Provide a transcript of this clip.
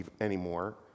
anymore